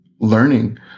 learning